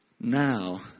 now